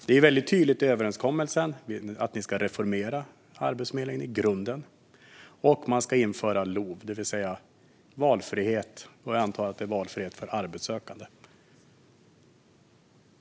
I överenskommelsen är det väldigt tydligt att ni ska reformera Arbetsförmedlingen i grunden och att LOV, det vill säga valfrihet, ska införas - jag antar att det handlar om valfrihet för arbetssökande.